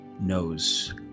knows